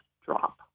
drop